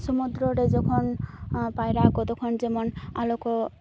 ᱥᱩᱢᱩᱫᱨᱚ ᱨᱮ ᱡᱚᱠᱷᱚᱱ ᱯᱟᱭᱨᱟᱜ ᱟᱠᱚ ᱛᱚᱠᱷᱚᱱ ᱡᱮᱢᱚᱱ ᱟᱞᱚᱠᱚ